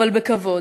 אבל בכבוד.